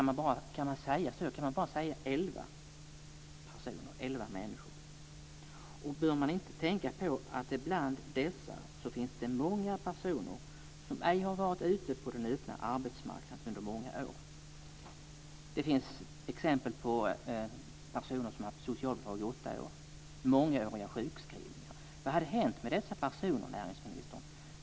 Men kan man säga så - bara elva personer? Bör man inte tänka på att det bland dessa finns många som under många år ej har varit ute på den öppna arbetsmarknaden? En del har haft socialbidrag i åtta år; sådana exempel finns det, liksom mångåriga sjukskrivningar. Vad hade annars hänt med dessa personer, näringsministern?